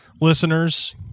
listeners